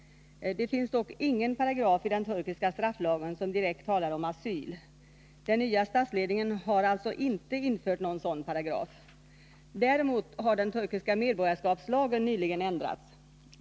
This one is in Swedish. Det finns dock ingen paragraf i den turkiska strafflagen som direkt talar om asyl. Den nya statsledningen har alltså inte infört någon sådan paragraf. Däremot har den turkiska medborgarskapslagen nyligen ändrats.